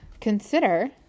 Consider